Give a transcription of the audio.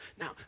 Now